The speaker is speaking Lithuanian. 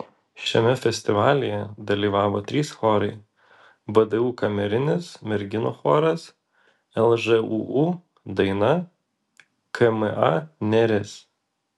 šiame festivalyje dalyvavo trys chorai vdu kamerinis merginų choras lžūu daina kma neris